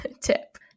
tip